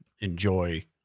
enjoy